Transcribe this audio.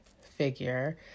figure